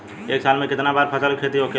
एक साल में कितना बार फसल के खेती होखेला?